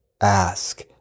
ask